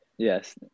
Yes